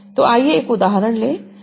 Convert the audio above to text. तो आइए एक उदाहरण देखें